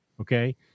Okay